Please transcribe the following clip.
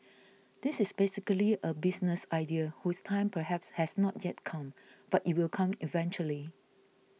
this is basically a business idea whose time perhaps has not yet come but it will come eventually